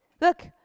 look